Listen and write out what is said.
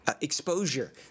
exposure